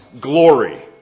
glory